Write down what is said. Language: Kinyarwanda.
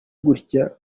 gutya